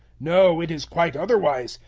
no, it is quite otherwise.